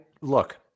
look